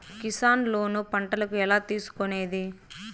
Kisan loan పంటలకు ఎలా తీసుకొనేది?